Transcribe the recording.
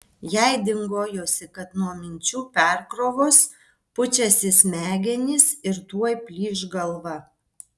jai dingojosi kad nuo minčių perkrovos pučiasi smegenys ir tuoj plyš galva